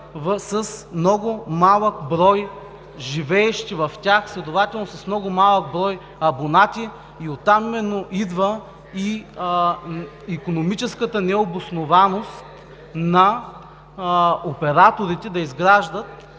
с много малък брой живеещи в тях. Следователно с много малък брой абонати и оттам именно идва и икономическата необоснованост на операторите да изграждат